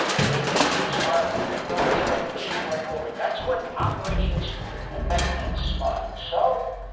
the things that keeps our military machinery moving. that's what operations and maintenance funds so,